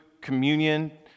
communion